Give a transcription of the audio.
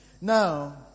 Now